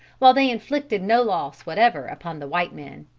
while they inflicted no loss whatever upon the white men.